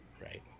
right